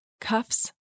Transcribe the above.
cuffs